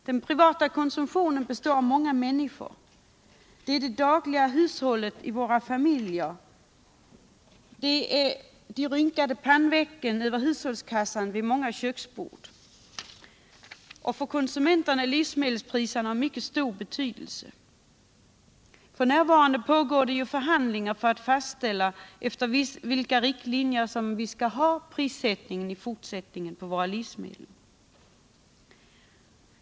Den privata konsumtionen består av många människor — det gäller det dagliga hushållandet i våra familjer och de rynkade pannorna över hushällskassan vid många köksbord. För konsumenterna är livsmedelspriserna av stor betydelse. F. n. pågår förhandlingar för att fastställa efter vilka riktlinjer priserna på livsmedel skall sättas i fortsättningen.